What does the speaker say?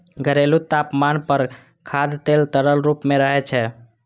घरेलू तापमान पर खाद्य तेल तरल रूप मे रहै छै